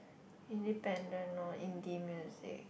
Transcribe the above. independent lor indie music